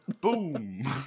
boom